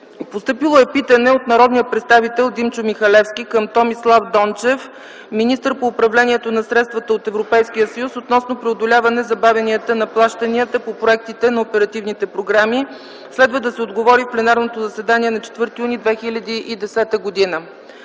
2010 г.; - питане от народния представител Димчо Михалевски към Томислав Дончев – министър по управлението на средствата от Европейския съюз, относно преодоляване на забавянията на плащанията по проектите на оперативните програми. Следва да се отговори в пленарното заседание на 4 юни 2010 г.;